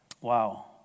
wow